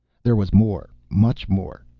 there was more, much more.